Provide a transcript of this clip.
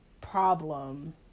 problem